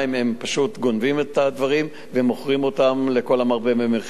הם פשוט גונבים את הדברים ומוכרים אותם לכל המרבה במחיר.